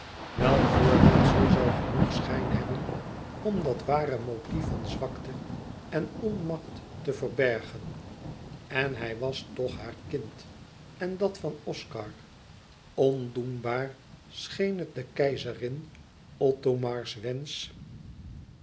welk voorwendsel zoû genoeg schijn hebben om dat ware motief van zwakte en onmacht te verbergen en hij was toch haar kind en dat van oscar ondoenbaar scheen het der keizerin othomars wensch